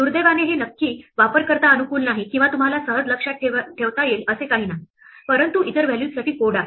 दुर्दैवाने हे नक्की वापरकर्ता अनुकूल नाही किंवा तुम्हाला सहज लक्षात ठेवता येईल असे काही नाही परंतु इतर व्हॅल्यूजसाठी कोड आहेत